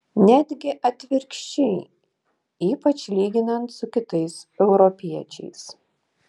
netgi atvirkščiai ypač lyginant su kitais europiečiais